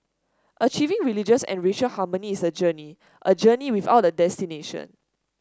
achieving religious and racial harmony is a journey a journey without a destination